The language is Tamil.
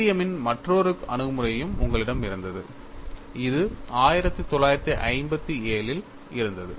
வில்லியமின் Williams மற்றொரு அணுகுமுறையும் உங்களிடம் இருந்தது இது 1957 இல் இருந்தது